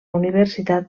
universitat